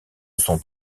sont